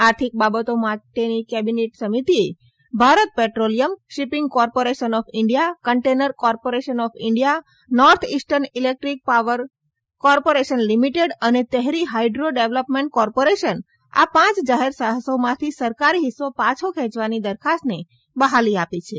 આર્થિક બાબતો માટેની કેબિનેટ સમિતિએ Bharat petroleum shipping corporation of India container corporation of India north eastern electric power corporation limited અને Tehri hydro development corporation આ પાંચ જાહેર સાહસોમાંથી સરકારી હિસ્સો પાછો ખેંચવાની દરખાસ્તને બહાલી આપી છે